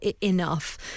enough